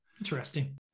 Interesting